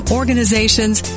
organizations